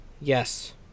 Yes